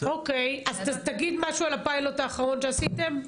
אוקיי, אז תגיד משהו על הפיילוט האחרון שעשיתם.